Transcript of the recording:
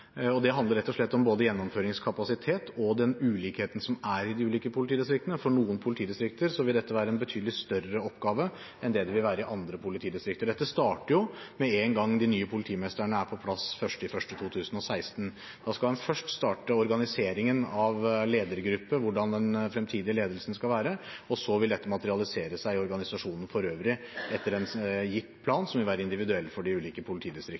Det handler rett og slett om både gjennomføringskapasitet og den ulikheten som er i de ulike politidistriktene. For noen politidistrikter vil dette være en betydelig større oppgave enn hva det vil være i andre politidistrikter. Dette starter med en gang de nye politimesterne er på plass 1. januar 2016. Da skal en først starte organiseringen av ledergruppe – hvordan den fremtidige ledelsen skal være – og så vil dette materialisere seg i organisasjonen for øvrig, etter en gitt plan som vil være individuell for de ulike